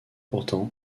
pourtant